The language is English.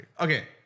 Okay